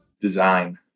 design